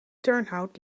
turnhout